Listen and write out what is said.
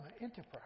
enterprise